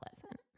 pleasant